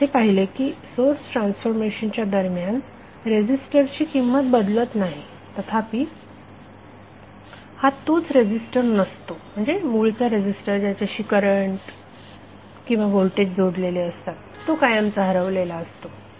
आपण असे पाहिले की सोर्स ट्रान्सफॉर्मेशनच्या दरम्यान रेझीस्टरची किंमत बदलत नाही तथापि हा तोच रेझीस्टर नसतो म्हणजे मूळचा रेझीस्टर ज्याच्याशी करंट किंवा व्होल्टेज जोडलेले असतात तो कायमचा हरवलेला असतो